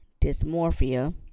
dysmorphia